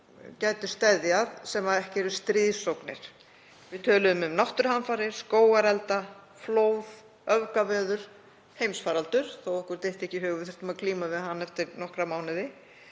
gætu steðjað sem ekki eru stríðsógnir. Við töluðum um náttúruhamfarir, skógarelda, flóð, öfgaveður, heimsfaraldur, þó að okkur dytti ekki í hug að við þyrftum að glíma við hann eftir nokkra mánuði,